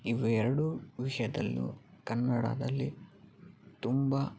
ಇವೆರಡೂ ವಿಷಯದಲ್ಲೂ ಕನ್ನಡದಲ್ಲಿ ತುಂಬ